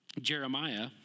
Jeremiah